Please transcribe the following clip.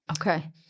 okay